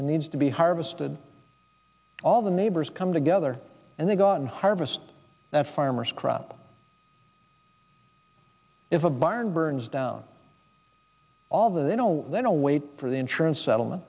and needs to be harvested all the neighbors come together and they got harvest that farmer's crop if a barn burns down although they don't they don't wait for the insurance settlement